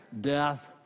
death